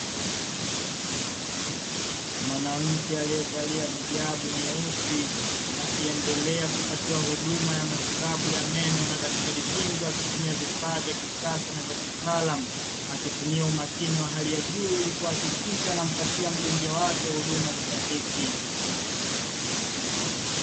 Mwanamke aliyevalia hijabu nyeusi akiendelea kupatiwa huduma ya matibabu ya meno na daktari bingwa, akitumia vifaa vya kisasa na vya kitaalamu, akitumia umakini wa hali ya juu ili kuhakikisha anampatia mgonjwa wake huduma stahiki.